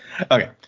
Okay